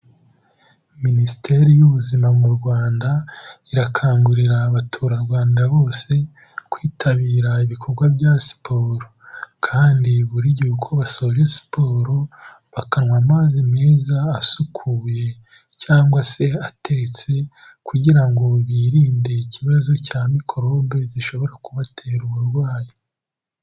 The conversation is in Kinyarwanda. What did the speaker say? Minisiteri y'ubuzima mu Rwanda, irakangurira abaturarwanda bose kwitabira ibikorwa bya siporo. Kandi buri gihe uko basoje siporo bakanywa amazi meza asukuye cyangwa se atetse kugira ngo birinde ikibazo cya mikorobe zishobora kubatera uburwayi.